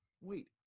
wait